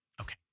Okay